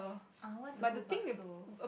I want to cook bakso